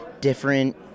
different